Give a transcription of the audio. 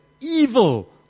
evil